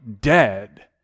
dead